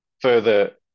further